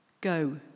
Go